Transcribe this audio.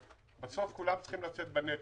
בסוף כולם צריכים לשאת בנטל,